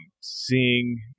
seeing